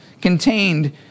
contained